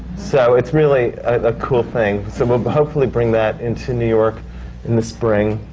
so it's really a cool thing. so we'll hopefully bring that into new york in the spring.